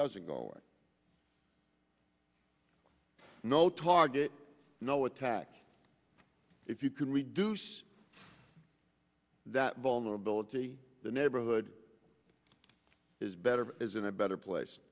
doesn't go away no target no attack if you can reduce that vulnerability the neighborhood is better is in a better place